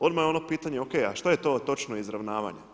Odmah je ono pitanje ok, a šta je to točno izravnavanje.